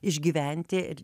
išgyventi ir